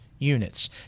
units